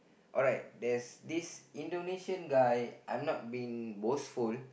alright there's this Indonesian guy I'm not being boss full